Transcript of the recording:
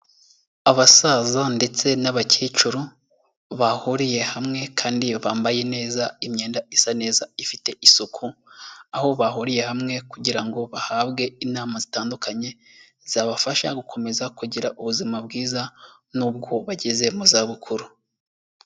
Abasaza ndetse n'abakecuru bahuriye hamwe kandi bambaye neza imyenda isa neza ifite isuku, aho bahuriye hamwe kugira ngo bahabwe inama zitandukanye, zabafasha gukomeza kugira ubuzima bwiza nubwo bageze mu zabukuru.